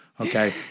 Okay